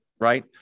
right